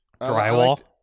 Drywall